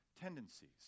tendencies